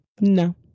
No